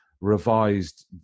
revised